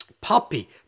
puppy